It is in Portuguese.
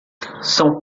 são